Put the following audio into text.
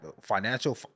financial